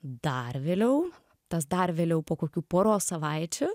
dar vėliau tas dar vėliau po kokių poros savaičių